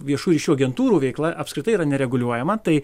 viešųjų ryšių agentūrų veikla apskritai yra nereguliuojama tai